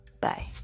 Bye